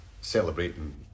celebrating